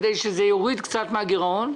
כדי להוריד קצת מהגירעון.